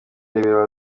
rebero